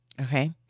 Okay